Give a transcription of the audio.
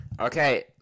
Okay